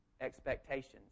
expectations